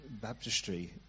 baptistry